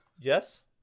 Yes